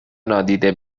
نادیده